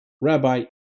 Rabbi